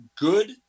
good